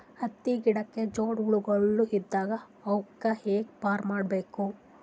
ಹತ್ತಿ ಗಿಡಕ್ಕೆ ಜೇಡ ಹುಳಗಳು ಇಂದ ಹ್ಯಾಂಗ್ ಪಾರ್ ಮಾಡಬೇಕು?